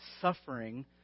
suffering